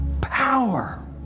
power